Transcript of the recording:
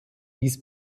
dies